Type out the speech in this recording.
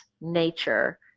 nature